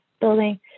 Building